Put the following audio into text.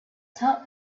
top